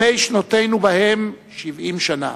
"ימי שנותינו בהם שבעים שנה,